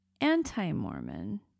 anti-Mormon